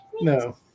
No